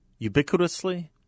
ubiquitously